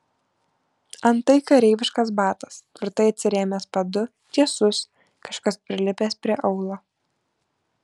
antai kareiviškas batas tvirtai atsirėmęs padu tiesus kažkas prilipęs prie aulo